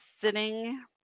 sitting